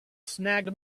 snagged